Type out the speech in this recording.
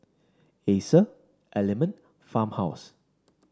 Acer Element Farmhouse